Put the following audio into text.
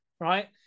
right